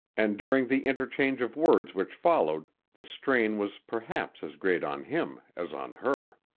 and during the interchange of words which followed, the strain was perhaps as great on him as on her.